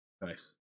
Nice